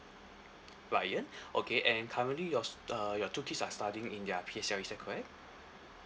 ryan okay and currently yours uh your two kids are studying in their P_S_L_E is that correct